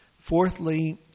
Fourthly